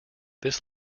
this